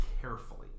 carefully